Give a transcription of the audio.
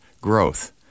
Growth